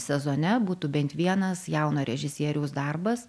sezone būtų bent vienas jauno režisieriaus darbas